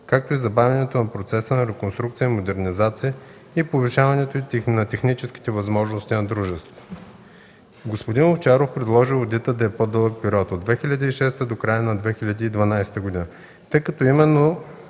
както и забавянето на процеса на реконструкция и модернизация и повишаването на техническите възможности на дружеството. Господин Овчаров предложи одитът да е за по-дълъг период – от 2006 г. до края на 2012 г., тъй като именно